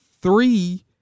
three